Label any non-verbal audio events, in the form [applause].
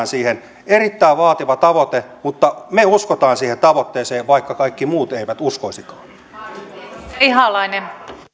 [unintelligible] siihen erittäin vaativa tavoite mutta me uskomme siihen tavoitteeseen vaikka kaikki muut eivät uskoisikaan